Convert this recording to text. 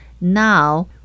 now